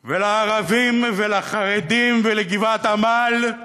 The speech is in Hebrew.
ולערבים, ולחרדים, ולגבעת-עמל,